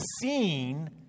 seen